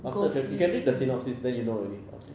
after can you can read the synopsis then you know already okay